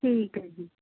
ਠੀਕ ਹੈ ਜੀ